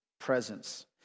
presence